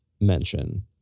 mention